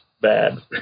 bad